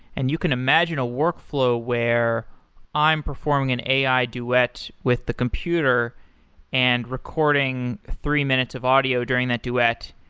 and you can imagine a workflow where i'm performing an ai duet with the computer and recording three minutes of audio during that duet.